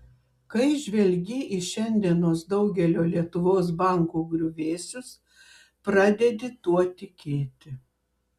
kai žvelgi į šiandienos daugelio lietuvos bankų griuvėsius pradedi tuo tikėti